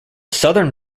southern